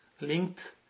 linked